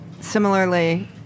similarly